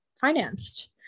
financed